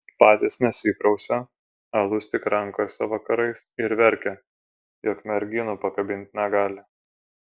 patys nesiprausia alus tik rankose vakarais ir verkia jog merginų pakabint negali